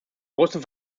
großen